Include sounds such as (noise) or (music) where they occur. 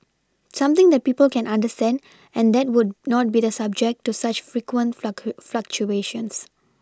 something that people can understand and that would not be the subject to such frequent (unintelligible) fluctuations